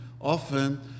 Often